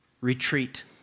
retreat